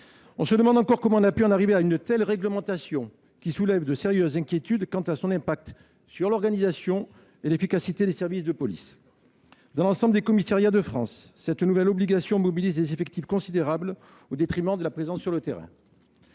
On se demande comment on a pu en arriver à une telle réglementation, qui soulève de sérieuses inquiétudes quant à son impact sur l’organisation et l’efficacité des services de police. Dans l’ensemble des commissariats de France, cette nouvelle obligation mobilise des effectifs considérables, au détriment de la présence sur le terrain.